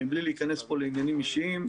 מבלי להיכנס פה לעניינים אישיים,